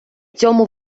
цьому